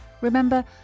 Remember